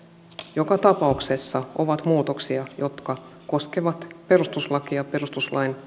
joka tapauksessa ovat muutoksia jotka koskevat perustuslakia perustuslain